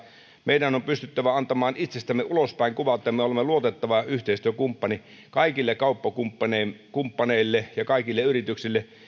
meidän on pystyttävä antamaan itsestämme ulospäin kuva että me olemme luotettava yhteistyökumppani kaikille kauppakumppaneille ja kaikille yrityksille